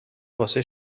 واسه